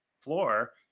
floor